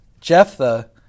Jephthah